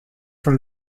from